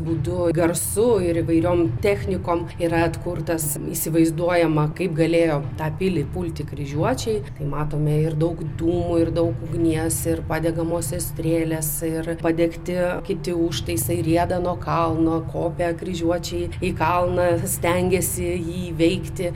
būdu garsų ir įvairiom technikom yra atkurtas įsivaizduojama kaip galėjo tą pilį pulti kryžiuočiai tai matome ir daug dūmų ir daug ugnies ir padegamosios strėlės ir padegti kiti užtaisai rieda nuo kalno kopia kryžiuočiai į kalną stengiasi jį įveikti